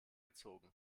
gezogen